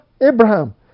Abraham